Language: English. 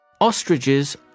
Ostriches